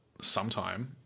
sometime